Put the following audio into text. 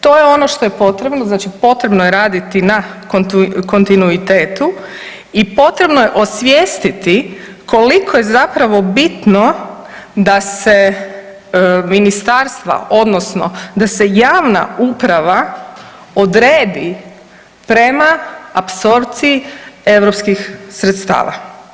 To je ono što je potrebno, znači potrebno je raditi na kontinuitetu i potrebno je osvijestiti koliko je zapravo bitno da se ministarstva odnosno da se javna uprava odredi prema apsorpciji europskih sredstava.